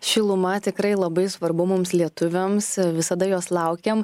šiluma tikrai labai svarbu mums lietuviams visada jos laukiam